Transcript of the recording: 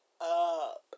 up